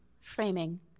framing